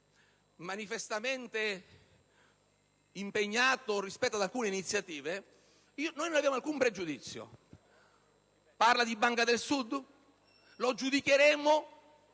manifestamente impegnato rispetto ad alcune iniziative, non abbiamo alcun pregiudizio. Parla di Banca del Sud? Il ministro